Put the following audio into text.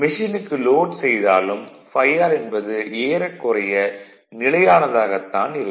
மெஷினுக்கு load செய்தாலும் ∅r என்பது ஏறக்குறைய நிலையானதாகத் தான் இருக்கும்